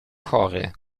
chory